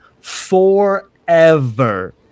forever